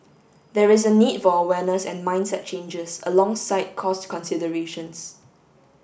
there is a need for awareness and mindset changes alongside cost considerations